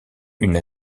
une